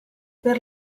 per